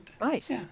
nice